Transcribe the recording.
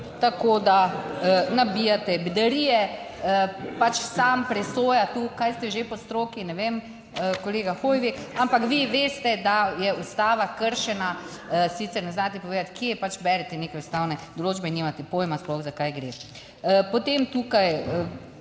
tako da, nabijate bedarije, pač sam presoja tu, kaj ste že po stroki, ne vem, kolega Hoivik, ampak vi veste, da je Ustava kršena, sicer ne znate povedati kje, pač berete neke ustavne določbe, nimate pojma sploh za kaj gre. Potem tukaj,